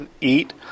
eat